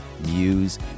News